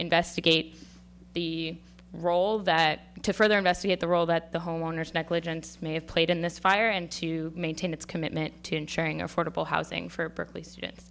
investigate the role that to further investigate the role that the homeowner's negligence may have played in this fire and to maintain its commitment to ensuring affordable housing for berkeley students